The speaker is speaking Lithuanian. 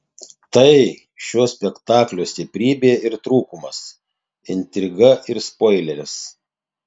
tai šio spektaklio stiprybė ir trūkumas intriga ir spoileris